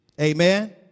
Amen